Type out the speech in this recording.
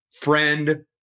friend